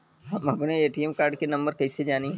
हम अपने ATM card के नंबर कइसे जानी?